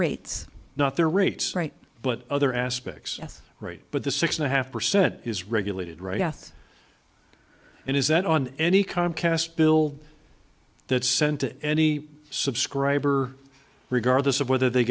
rates not their rates right but other aspects right but the six and a half percent is regulated right path and is that on any comcast bill that sent any subscriber regardless of whether they